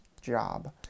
job